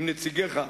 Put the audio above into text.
עם נציגיך,